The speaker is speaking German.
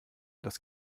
das